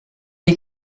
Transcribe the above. est